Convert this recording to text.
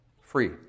free